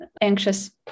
anxious